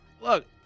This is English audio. look